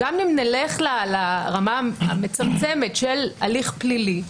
גם אם נלך לרמה המצמצמת של הליך פלילי,